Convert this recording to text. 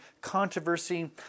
controversy